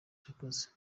irakoze